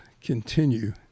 continue